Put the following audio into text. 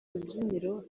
rubyiniro